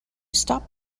stop